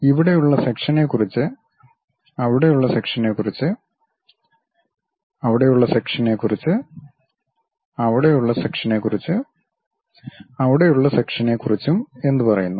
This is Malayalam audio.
ഇവിടെയുള്ള സെക്ഷനേക്കുറിച്ച് അവിടെയുള്ള സെക്ഷനേക്കുറിച്ച് അവിടെയുള്ള സെക്ഷനേക്കുറിച്ച് അവിടെയുള്ള സെക്ഷനേക്കുറിച്ച് അവിടെയുള്ള സെക്ഷനേക്കുറിച്ചും എന്തു പറയുന്നു